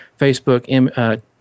Facebook